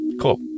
cool